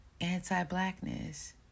anti-blackness